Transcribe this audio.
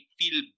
feel